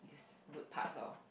his good parts lor